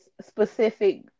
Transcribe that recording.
specific